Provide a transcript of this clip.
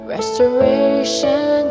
Restoration